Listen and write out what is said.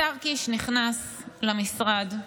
השר קיש נכנס למשרד ואמר,